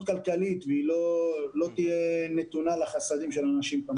כלכלית והיא לא תהיה נתונה לחסדים של אנשים.